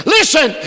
Listen